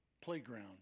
playground